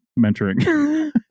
mentoring